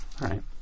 right